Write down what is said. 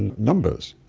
and numbers.